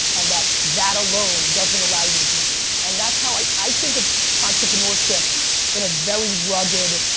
and that that alone doesn't allow you to beat me. and that's how i i think of entrepreneurship in a very rugged,